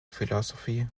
philosophy